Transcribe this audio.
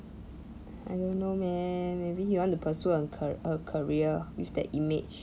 I don't know man maybe he want to pursue a car~ a career with that image